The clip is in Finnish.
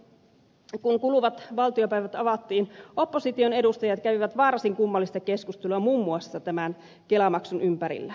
kun kuluvat valtiopäivät avattiin opposition edustajat kävivät varsin kummallista keskustelua muun muassa tämän kelamaksun ympärillä